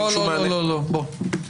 לא, בוא.